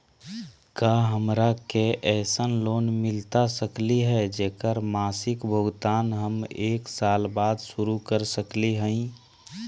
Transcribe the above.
का हमरा के ऐसन लोन मिलता सकली है, जेकर मासिक भुगतान हम एक साल बाद शुरू कर सकली हई?